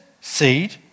seed